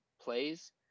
plays